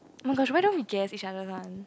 oh my gosh why don't we guess each other one